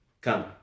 come